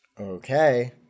Okay